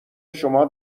شما